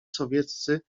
sowieccy